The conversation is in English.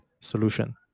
solution